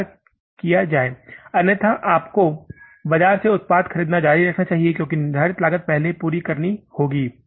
स्वीकार किया जाए अन्यथा आपको बाजार से उत्पाद खरीदना जारी रखना चाहिए क्योंकि निर्धारित लागत पहले पूरी करनी होगी